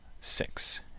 six